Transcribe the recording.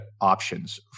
options